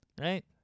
Right